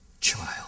child